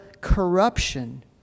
corruption